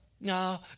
no